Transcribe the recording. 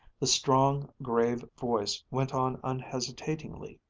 the strong, grave voice went on unhesitatingly.